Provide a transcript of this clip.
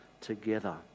together